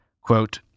quote